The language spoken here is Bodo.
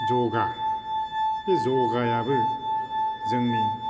जगा बे जगायाबो जोंनि